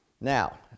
now